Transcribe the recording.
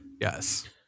yes